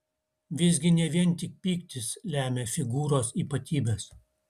visgi ne vien tik pyktis lemia figūros ypatybes